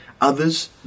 Others